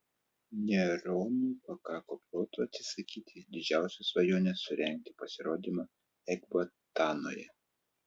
neronui pakako proto atsisakyti didžiausios svajonės surengti pasirodymą ekbatanoje